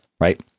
Right